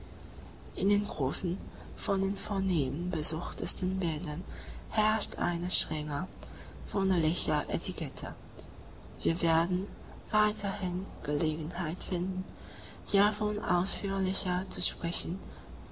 in den großen von den vornehmen besuchtesten bädern herrscht eine strenge wunderliche etikette wir werden weiterhin gelegenheit finden hiervon ausführlicher zu sprechen